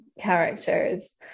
characters